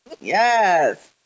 Yes